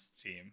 team